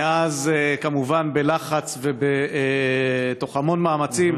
מאז, כמובן בלחץ ותוך המון מאמצים,